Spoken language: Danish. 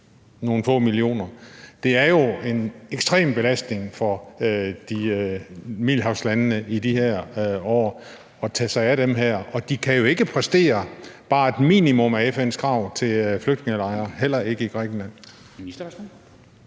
nogle få millioner kroner? Det er jo en ekstrem belastning for Middelhavslandene i de her år at tage sig af det her, og de kan jo ikke præstere at opfylde bare et minimum af FN's krav til flygtningelejre, heller ikke i Grækenland.